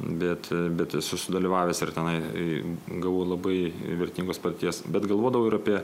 bet bet esu sudalyvavęs ir tenai gavau labai vertingos patirties bet galvodavau ir apie